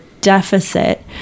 deficit